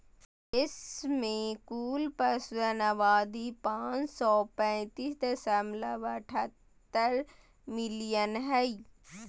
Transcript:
देश में कुल पशुधन आबादी पांच सौ पैतीस दशमलव अठहतर मिलियन हइ